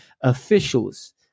officials